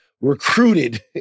recruited